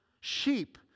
sheep